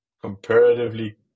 comparatively